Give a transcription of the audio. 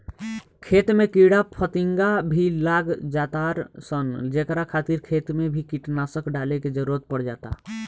खेत में कीड़ा फतिंगा भी लाग जातार सन जेकरा खातिर खेत मे भी कीटनाशक डाले के जरुरत पड़ जाता